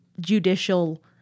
judicial